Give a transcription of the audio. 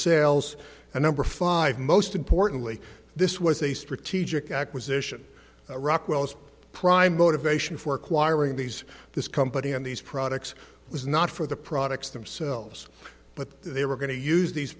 sales and number five most importantly this was a strategic acquisition rockwell's prime motivation for acquiring these this company and these products was not for the products themselves but they were going to use these